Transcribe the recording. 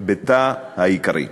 ביתה העיקרי.